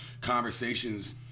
conversations